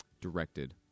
directed